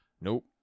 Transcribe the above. Nope